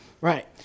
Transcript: Right